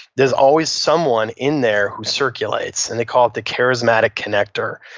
there's always someone in there who circulates and they call it the charismatic connector.